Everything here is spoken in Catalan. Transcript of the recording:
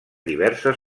diverses